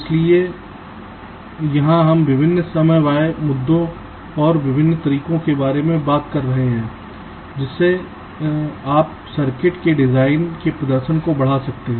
इसलिए यहां हम विभिन्न समयबाह्य मुद्दों और विभिन्न तरीकों के बारे में बात कर रहे हैं जिसमें आप सर्किट के डिजाइन के प्रदर्शन को बढ़ा सकते हैं